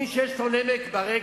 מי שיש לו נמק ברגל,